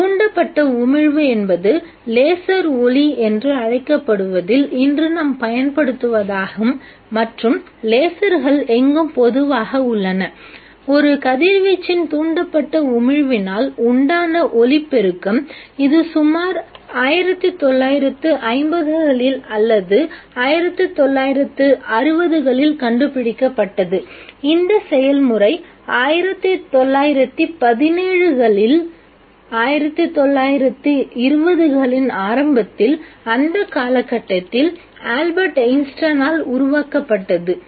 தூண்டப்பட்ட உமிழ்வு என்பது லேசர் ஒளி என்று அழைக்கப்படுவதில் இன்று நாம் பயன்படுத்துவதாகும் மற்றும் லேசர்கள் எங்கும் பொதுவாக உள்ளன ஒரு கதிர்வீச்சின் தூண்டப்பட்ட உமிழ்வினால் உண்டான ஒளிப்பெருக்கம் இது சுமார் 1950 களில் அல்லது 1960 களில் கண்டுபிடிக்கப்பட்டது இந்த செயல்முறை 1917களின் 1920களின் ஆரம்பத்தில் அந்த காலகட்டத்தில் ஆல்பர்ட் ஐன்ஸ்டீனால் உருவாக்கப்பட்டது